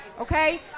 okay